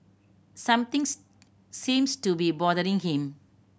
something seems to be bothering him